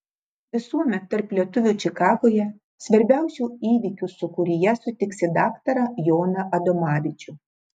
visuomet tarp lietuvių čikagoje svarbiausių įvykių sūkuryje sutiksi daktarą joną adomavičių